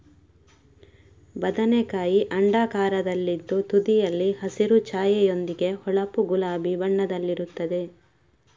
ಬದನೆಕಾಯಿ ಅಂಡಾಕಾರದಲ್ಲಿದ್ದು ತುದಿಯಲ್ಲಿ ಹಸಿರು ಛಾಯೆಯೊಂದಿಗೆ ಹೊಳಪು ಗುಲಾಬಿ ಬಣ್ಣದಲ್ಲಿರುತ್ತದೆ